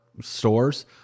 stores